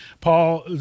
Paul